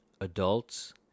adults